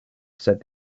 said